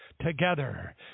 together